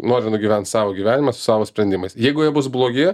noriu nugyvent savo gyvenimą su savo sprendimais jeigu jie bus blogi